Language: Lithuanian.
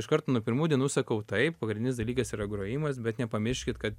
iškart nuo pirmų dienų sakau taip pagrindinis dalykas yra grojimas bet nepamirškit kad